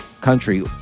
country